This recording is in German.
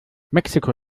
mexiko